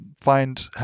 find